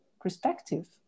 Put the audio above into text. perspective